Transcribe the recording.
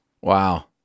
Wow